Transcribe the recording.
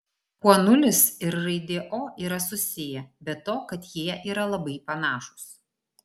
kuo nulis ir raidė o yra susiję be to kad jie yra labai panašūs